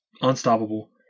unstoppable